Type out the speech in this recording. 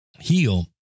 heal